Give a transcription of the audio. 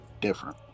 different